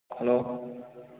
hello